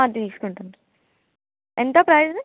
తీసుకుంటాము ఎంత ప్రైస్